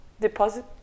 deposit